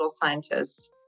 scientists